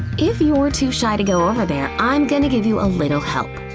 if you're too shy to go over there, i'm gonna give you a little help.